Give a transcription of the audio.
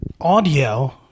audio